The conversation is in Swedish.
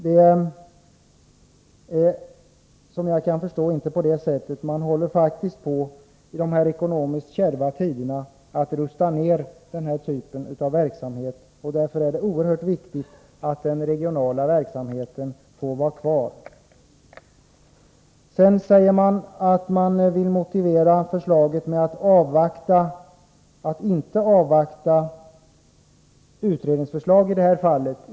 Det är såvitt jag kan förstå inte på det sättet. I dessa ekonomiskt kärva tider håller man faktiskt på att rusta ned denna typ av verksamhet. Därför är det oerhört viktigt att den regionala verksamheten får vara kvar. Sedan säger man att man inte vill avvakta utredningsförslaget i det här fallet.